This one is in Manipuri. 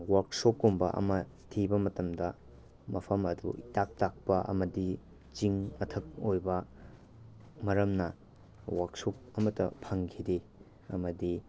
ꯋꯥꯔꯛꯁꯣꯞꯀꯨꯝꯕ ꯑꯃ ꯊꯤꯕ ꯃꯇꯝꯗ ꯃꯐꯝ ꯑꯗꯨ ꯏꯇꯥꯛ ꯇꯥꯛꯄ ꯑꯃꯗꯤ ꯆꯤꯡ ꯃꯊꯛ ꯑꯣꯏꯕ ꯃꯔꯝꯅ ꯋꯥꯔꯛꯁꯣꯞ ꯑꯃꯠꯇ ꯐꯪꯈꯤꯗꯦ ꯑꯃꯗꯤ